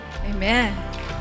Amen